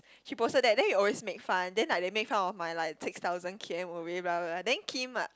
she posted that then we always make fun then like they make fun of my like six thousands K_M away blah blah blah then Kim are